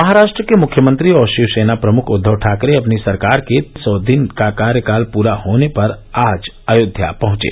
महाराष्ट्र के मुख्यमंत्री और शिक्सेना प्रमुख उद्दव ठाकरे अपनी सरकार के सौ दिन का कार्यकाल पूरा होने पर आज अयोध्या पहंचे